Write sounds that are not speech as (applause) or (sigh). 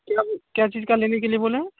(unintelligible) क्या चीज़ का लेने के लिए बोले हैं